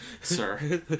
Sir